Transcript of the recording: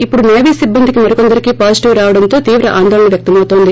ఇప్పుడు సేవీ సిబ్బందికి పాజిటివ్ రావడంతో తీవ్ర ఆందోళన వ్యక్తమవుతోంది